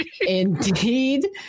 Indeed